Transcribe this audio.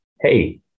hey